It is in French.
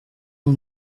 nom